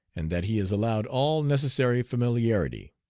and that he is allowed all necessary familiarity.